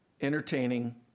entertaining